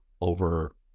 over